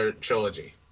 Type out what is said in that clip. Trilogy